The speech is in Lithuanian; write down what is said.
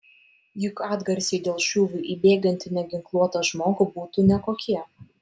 juk atgarsiai dėl šūvių į bėgantį neginkluotą žmogų būtų nekokie